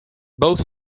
both